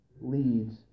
leads